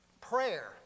prayer